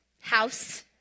house